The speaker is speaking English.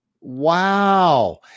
Wow